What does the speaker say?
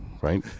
right